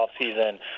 offseason